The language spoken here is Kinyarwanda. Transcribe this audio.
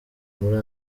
muri